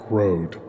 road